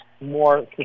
more